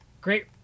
Great